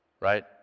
right